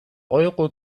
euro